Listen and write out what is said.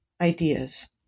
ideas